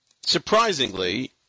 surprisingly